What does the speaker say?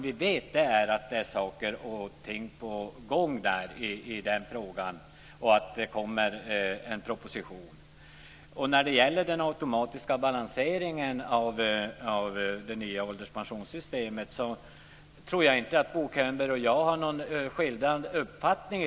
Vi vet att saker och ting är på gång i frågan. Det kommer en proposition. När det gäller den automatiska balanseringen av det nya ålderspensionssystemet tror jag inte att Bo Könberg och jag har skilda uppfattningar.